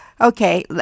okay